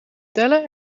tellen